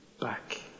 back